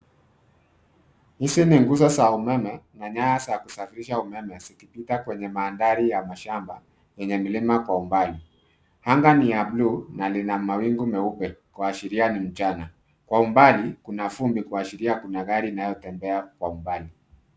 Hizi ni nguzo za umeme na nyaya za kusafirisha umeme zikipita kwenye mandhari ya mashamba kwenye mlima kwa umbali. Anga ni ya buluu na lina mawingu meupe kuashiria ni mchana. Kwa umbali, kuna vumbi kuashiria kuna gari inayotembea kwa umbali.